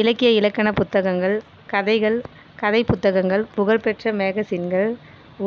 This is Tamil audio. இலக்கிய இலக்கண புத்தகங்கள் கதைகள் கதை புத்தகங்கள் புகழ் பெற்ற மேகசின்கள்